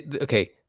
Okay